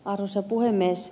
arvoisa puhemies